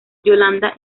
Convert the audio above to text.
yolanda